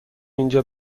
اینجا